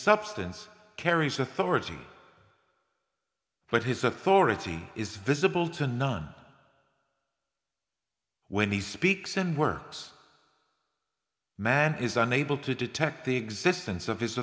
substance carries authority but his authority is visible to none when he speaks and works man is unable to detect the existence of his